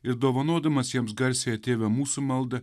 ir dovanodamas jiems garsiąją tėve mūsų maldą